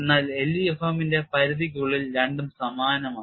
എന്നാൽ LEFM ന്റെ പരിധിക്കുള്ളിൽ രണ്ടും സമാനമാണ്